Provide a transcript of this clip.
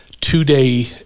two-day